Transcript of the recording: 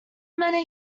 many